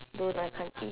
don't I can't eat